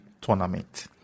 tournament